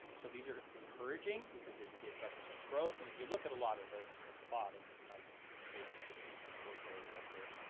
so these are encouraging, because it it represents growth, and if you look at a lot of this at the bottom, my laser pointer isn't gonna work very well here,